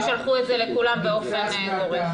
הם שלחו את זה לכולם באופן גורף.